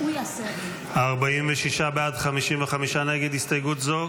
46 בעד, 55 נגד הסתייגות זו.